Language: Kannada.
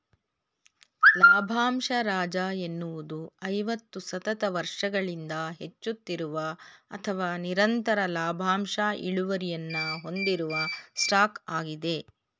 ಲಾಭಂಶ ರಾಜ ಎನ್ನುವುದು ಐವತ್ತು ಸತತ ವರ್ಷಗಳಿಂದ ಹೆಚ್ಚುತ್ತಿರುವ ಅಥವಾ ನಿರಂತರ ಲಾಭಾಂಶ ಇಳುವರಿಯನ್ನ ಹೊಂದಿರುವ ಸ್ಟಾಕ್ ಆಗಿದೆ